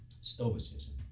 Stoicism